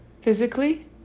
physically